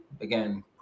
again